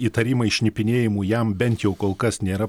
įtarimai šnipinėjimu jam bent jau kol kas nėra